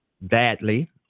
badly